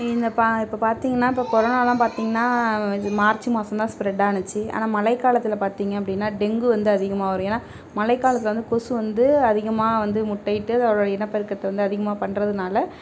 நீங்கள் இப்போ பார்த்தீங்கன்னா இப்போ கொரோனாலாம் பார்த்தீங்கன்னா மார்ச் மாசம்தான் ஸ்ப்ரெட் ஆனுச்சு ஆனால் மழைக்காலத்தில் பார்த்தீங்க அப்படின்னா டெங்கு வந்து அதிகமாக வரும் ஏன்னா மழைக்காலத்தில் வந்து கொசு வந்து அதிகமாக வந்து முட்டையிட்டு இனப்பெருக்கத்தை வந்து அதிகமாக பண்ணுறதுனால